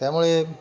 त्यामुळे